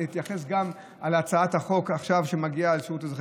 להתייחס גם להצעת החוק שמגיעה עכשיו על שירות אזרחי.